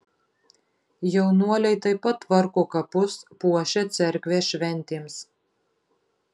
jaunuoliai taip pat tvarko kapus puošia cerkvę šventėms